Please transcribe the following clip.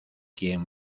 quien